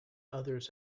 others